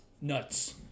nuts